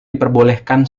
diperbolehkan